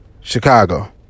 Chicago